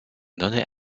donde